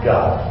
God